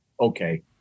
okay